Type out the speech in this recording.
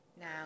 now